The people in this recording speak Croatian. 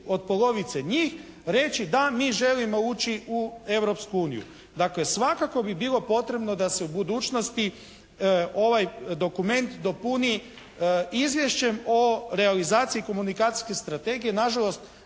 od polovice njih, reći da, mi želimo ući u Europsku uniju. Dakle svakako bi bilo potrebno da se u budućnosti ovaj dokument dopuni Izvješćem o realizaciji komunikacijske strategije. Nažalost